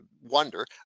wonder